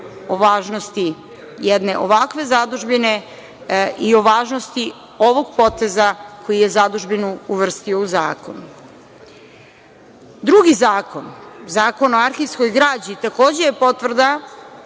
o važnosti jedne ovakve zadužbine i o važnosti ovog poteza koji je zadužbinu uvrstio u zakon. Drugi zakon, Zakon o arhivskoj građi, takođe je potvrda